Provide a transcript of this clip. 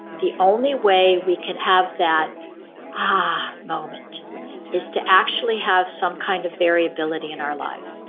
the only way we can have that um ah moment is to actually have some kind of variability in our lives